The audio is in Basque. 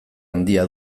handia